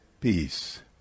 peace